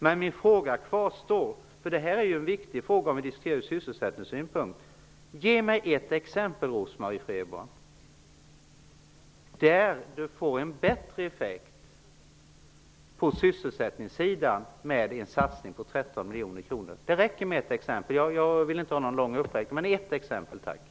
Men min uppmaning kvarstår, för det här är en viktig fråga om vi diskuterar den ur sysselsättningssynpunkt: Ge mig ett exempel på att det går att få en bättre sysselsättningseffekt med en satsning på 13 miljoner kronor! Jag vill inte ha någon lång uppräkning, utan det räcker med ett exempel.